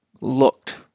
looked